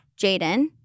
Jaden